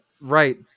right